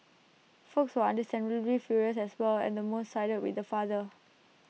folks were understandably furious as well and most sided with the father